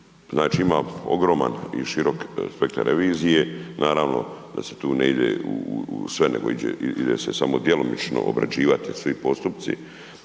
Znači ima ogroman i širok spektar revizije, naravno da se tu ne ide u sve nego ide se samo djelomično obrađivati svi postupci